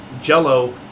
Jello